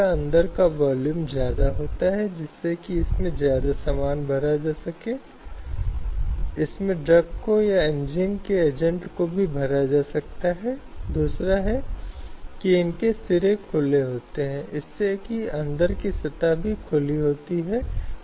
अब जो देखा गया है वह यह है कि इनमें से कई महिलाएं जो कार्यबल में शामिल हो रही हैं उन पर पुरुष कर्मचारियों के विभिन्न अपमानजनक नीचे दिखने वाले कम दर्जा देने वाले व्यवहार किए जा रहे हैं और इस प्रक्रिया को जारी रखने के लिए महिलाओं को काम करना बहुत मुश्किल लगता है